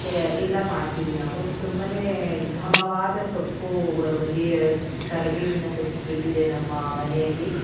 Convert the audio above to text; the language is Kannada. ಎಲ್ಲ ಮಾಡ್ತೀರಿ ನಾವು ತುಂಬನೇ ಘಮವಾದ ಸೊಪ್ಪು ಬೇವು ಕರಿಬೇವಿನ ಸೊಪ್ಪು ಬಿಟ್ಟಿದೆ ನಮ್ಮ ಮನೆಯಲ್ಲಿ